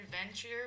Adventure